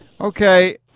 okay